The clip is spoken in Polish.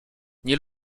nie